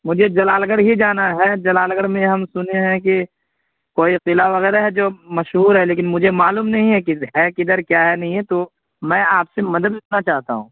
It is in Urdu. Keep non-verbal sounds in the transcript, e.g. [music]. مجھے جلال گڑھ ہی جانا ہے جلال گڑھ میں ہم سنے ہیں کہ کوئی قلعہ وغیرہ ہے جو مشہور ہے لیکن مجھے معلوم نہیں ہے [unintelligible] ہے کدھر کیا ہے کیا نہیں ہے تو میں آپ سے مدد لینا چاہتا ہوں